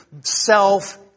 self